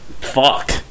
Fuck